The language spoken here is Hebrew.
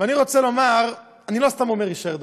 ואני רוצה לומר, אני לא סתם אומר "יישאר דפוק".